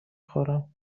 خورم